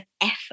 effort